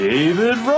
David